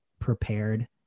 prepared